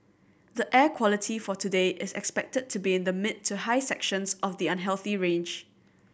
the air quality for today is expected to be in the mid to high sections of the unhealthy range